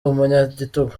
umunyagitugu